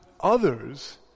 others